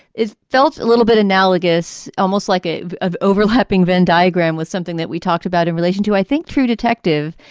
is felt a little bit analogous, almost like a of overlapping venn diagram with something that we talked about in relation to, i think, true detective.